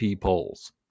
polls